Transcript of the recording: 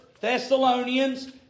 Thessalonians